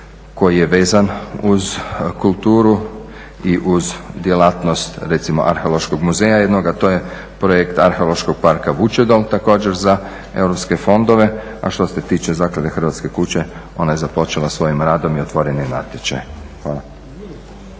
koji je vezan uz kulturu i uz djelatnost recimo Arheološkog muzeja jednog, a to je projekt Arheološkog parka Vučedol također za europske fondove. A što se tiče Zaklade "Hrvatska kuća" ona je započela svojim radom i otvoren je natječaj. Hvala.